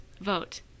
Vote